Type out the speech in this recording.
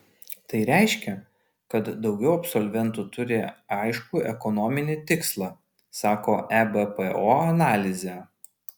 tai reiškia kad daugiau absolventų turi aiškų ekonominį tikslą sako ebpo analizė